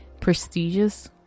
prestigious